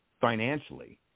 financially